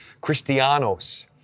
Christianos